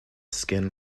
skin